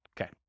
Okay